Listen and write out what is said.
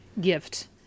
gift